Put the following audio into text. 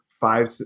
Five